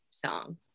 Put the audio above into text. Song